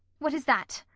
what is that?